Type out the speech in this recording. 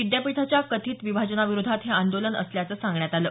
विद्यापीठाच्या कथित विभाजनाविरोधात हे आंदोलन असल्याचं सांगण्यात आलं